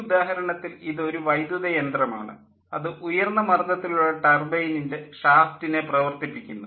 ഈ ഉദാഹരണത്തിൽ ഇത് ഒരു വൈദ്യുത യന്ത്രം ആണ് അത് ഉയർന്ന മർദ്ദത്തിലുള്ള ടർബൈനിൻ്റെ ഷാഫ്റ്റിനെ പ്രവർത്തിപ്പിക്കുന്നു